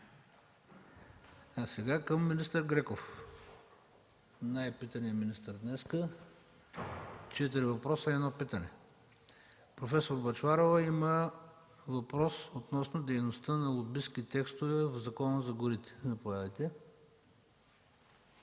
към министър Греков – най-питаният министър днес – четири въпроса и едно питане. Професор Бъчварова има въпрос относно дейността на лобистки текстове в Закона за горите. Заповядайте.